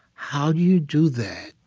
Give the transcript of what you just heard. how do you do that?